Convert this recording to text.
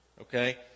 okay